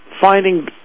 finding